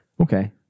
Okay